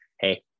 hey